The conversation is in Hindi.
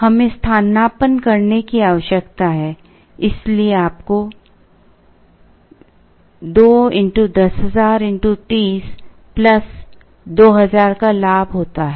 हमें स्थानापन्न करने की आवश्यकता है इसलिए आपको 2000 का लाभ होता है